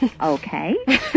Okay